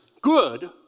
good